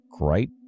right